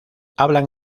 hablan